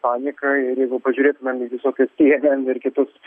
panika ir jeigu pažiūrėtumėm į visokius cnn ir kitus